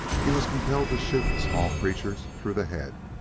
he was compelled to shoot the small creatures through the head.